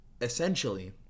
Essentially